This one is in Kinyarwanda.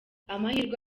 amahirwe